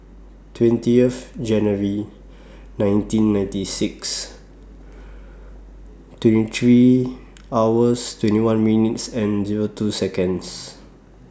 twentieth January nineteen ninety six twenty three hours twenty one minutes and Zero two Seconds